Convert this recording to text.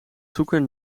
zoeken